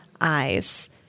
eyes